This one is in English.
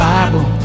Bible